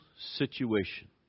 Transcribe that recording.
situation